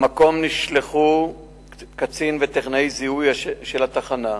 למקום נשלחו קצין וטכנאי זיהוי של התחנה.